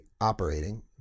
operating